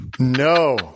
No